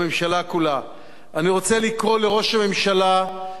אני רוצה לקרוא לראש הממשלה ולשר הביטחון,